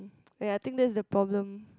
ya I think that's the problem